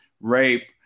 rape